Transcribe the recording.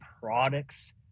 products